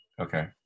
Okay